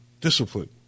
discipline